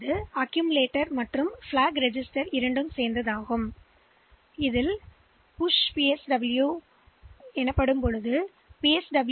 எனவே2 ரெஜிஸ்டர்கள் இந்த PSW register உருவாக்கும்குவிப்பு மற்றும் பிளாக் ரெஜிஸ்டர்